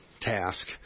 task